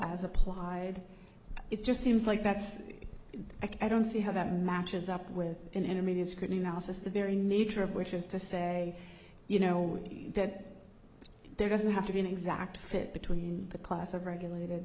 as applied it just seems like that's it i don't see how that matches up with an enemy this could now since the very nature of which is to say you know that and there doesn't have to be an exact fit between the class of regulated